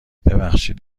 ببخشید